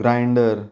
grinder